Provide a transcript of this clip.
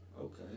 Okay